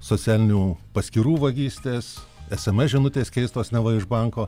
socialinių paskyrų vagystės sms žinutės keistos neva iš banko